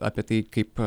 apie tai kaip